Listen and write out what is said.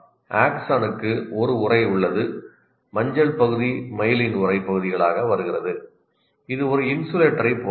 ஆக்சனுக்கு ஒரு உறை உள்ளது மஞ்சள் பகுதி மெய்லின் உறை பகுதிகளாக வருகிறது இது ஒரு இன்சுலேட்டரைப் போன்றது